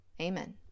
Amen